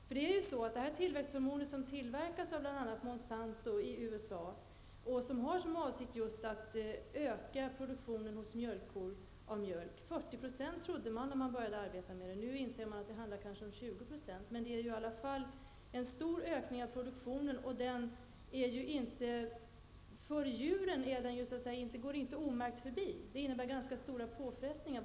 Avsikten med tillväxthormonet, som tillverkas av bl.a. Monsanto i USA, är att det skall öka produktionen av mjölk hos mjölkkor. När man började arbeta med det här trodde man på en ökning med 40 %, men nu inser man att det handlar om kanske 20 %. Det är i alla fall en stor ökning av produktionen, och den går inte omärkt förbi för djuren, utan innebär ganska stora påfrestningar.